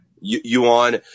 Yuan